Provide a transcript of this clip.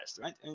right